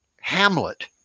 hamlet